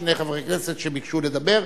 שני חברי כנסת שביקשו לדבר.